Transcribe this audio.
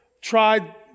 tried